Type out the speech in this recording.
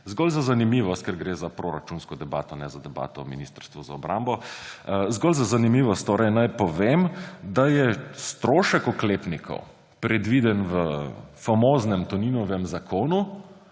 Zgolj za zanimivost – ker gre za proračunsko debato, ne za debato o Ministrstvu za obrambo, zgolj za zanimivost torej – naj povem, da je strošek oklepnikov, predviden v famoznem Toninovem zakonu,